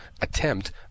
attempt